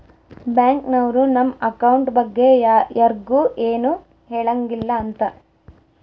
bank ನವ್ರು ನಮ್ account ಬಗ್ಗೆ ಯರ್ಗು ಎನು ಹೆಳಂಗಿಲ್ಲ ಅಂತ